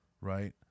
Right